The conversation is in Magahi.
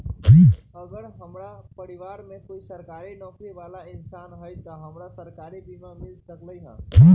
अगर हमरा परिवार में कोई सरकारी नौकरी बाला इंसान हई त हमरा सरकारी बीमा मिल सकलई ह?